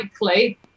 likely